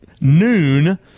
noon